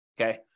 Okay